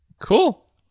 Cool